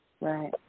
Right